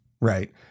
right